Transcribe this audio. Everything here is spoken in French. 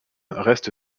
reste